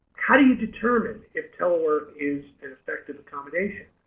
how do you determine if telework is an effective accommodation?